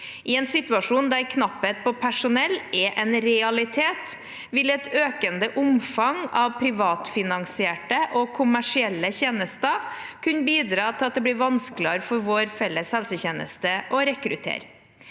I en situasjon der knapphet på personell er en realitet, vil et økende omfang av privatfinansierte og kommersielle tjenester kunne bidra til at det blir vanskeligere for vår felles helsetjeneste å rekruttere.